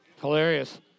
hilarious